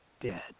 dead